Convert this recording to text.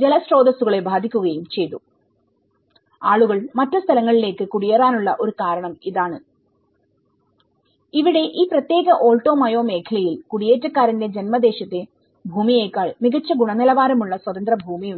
ജലസ്രോതസ്സുകളെ ബാധിക്കുകയും ചെയ്തുആളുകൾ മറ്റ് സ്ഥലങ്ങളിലേക്ക് കുടിയേറാനുള്ള ഒരു കാരണം ഇതാണ് ഇവിടെ ഈ പ്രത്യേക ആൾട്ടോ മയോമേഖലയിൽ കുടിയേറ്റക്കാരന്റെ ജന്മദേശത്തെ ഭൂമിയേക്കാൾ മികച്ച ഗുണനിലവാരമുള്ള സ്വതന്ത്ര ഭൂമിയുമുണ്ട്